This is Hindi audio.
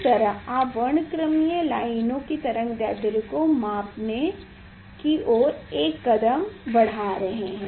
इस तरह आप वर्णक्रमीय लाइनों की तरंग दैर्ध्य को मापने की ओर कदम बढ़ा रहे हैं